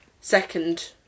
second